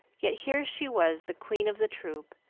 yet here she was the queen of the troupe,